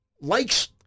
likes